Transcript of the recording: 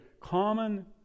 common